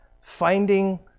finding